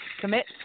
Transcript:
commit